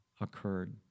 occurred